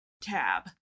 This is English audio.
tab